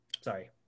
Sorry